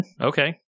okay